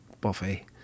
Buffy